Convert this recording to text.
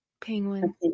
penguin